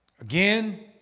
again